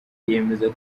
yemeza